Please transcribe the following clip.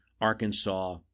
Arkansas